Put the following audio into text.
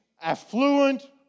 affluent